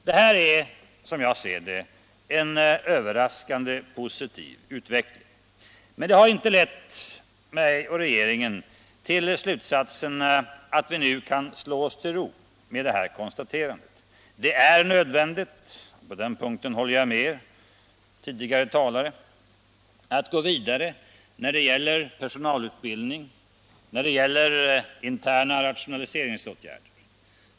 Detta är en överraskande positiv utveckling, men det har inte lett mig och regeringen till slutsatsen att vi nu kan slå oss till ro med detta konstaterande. Det är nödvändigt — på den punkten håller jag med tidigare talare — att gå vidare när det gäller personalutbildning och interna rationaliseringsåtgärder.